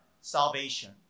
salvation